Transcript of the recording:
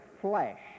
flesh